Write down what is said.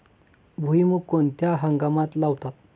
भुईमूग कोणत्या हंगामात लावतात?